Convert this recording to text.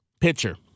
pitcher